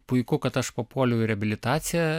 puiku kad aš papuoliau į reabilitaciją